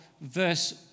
verse